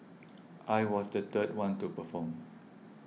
I was the third one to perform